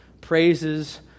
praises